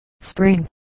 spring